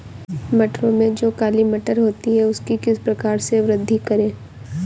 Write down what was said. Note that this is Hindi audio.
मटरों में जो काली मटर होती है उसकी किस प्रकार से वृद्धि करें?